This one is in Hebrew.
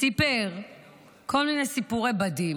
וסיפר כל מיני סיפורי בדים.